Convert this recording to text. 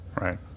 Right